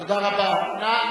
תודה רבה.